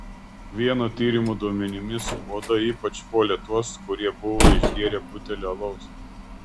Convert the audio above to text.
vieno tyrimo duomenimis uodai ypač puolė tuos kurie buvo išgėrę butelį alaus